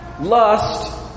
Lust